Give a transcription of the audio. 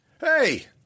Hey